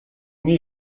nie